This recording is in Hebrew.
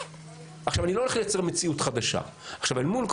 אני לא הולך לייצר מציאות חדשה.